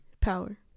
Power